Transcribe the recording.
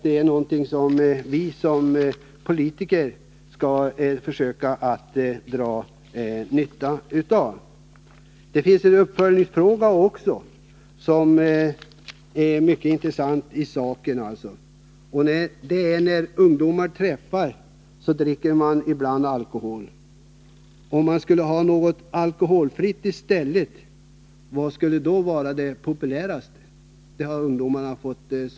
Det är något som vi politiker skall försöka att dra nytta av. Ungdomarna har också fått svara på en uppföljningsfråga om vilken alkoholfri dryck de som ibland dricker alkoholdrycker helst skulle vilja ersätta dessa med.